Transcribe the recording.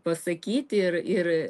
pasakyt ir ir